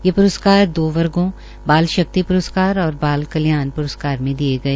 ये प्रस्कार दो वर्गो बाल शक्ति प्रस्कार और बाल कल्याण प्रस्कार में दिए गए